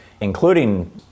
including